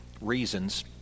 reasons